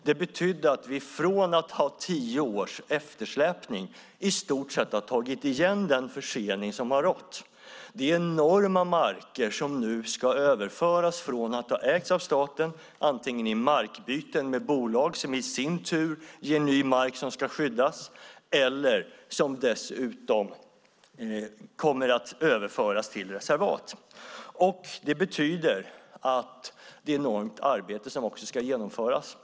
Det betyder att vi från att ha tio års eftersläpning i stort sett har tagit igen tid efter den försening som rått. Det är enorma marker som ägts av staten och som nu ska överföras antingen i form av markbyten med bolag som i sin tur ger ny mark som ska skyddas eller till reservat. Ett enormt arbete ska alltså genomföras.